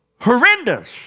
horrendous